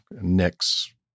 Nick's